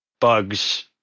bugs